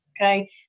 Okay